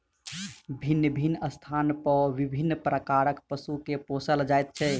भिन्न भिन्न स्थान पर विभिन्न प्रकारक पशु के पोसल जाइत छै